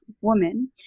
woman